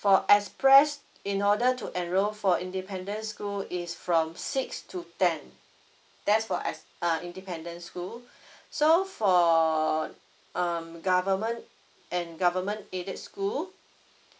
for express in order to enrol for independent school is from six to ten that's for ex~ uh independent school so for um government and government aided school